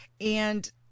and-